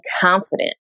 confident